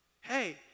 Hey